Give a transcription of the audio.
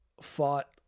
fought